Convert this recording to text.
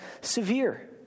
severe